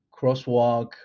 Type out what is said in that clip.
crosswalk